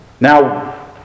Now